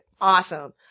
Awesome